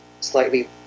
slightly